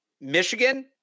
Michigan